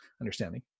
understanding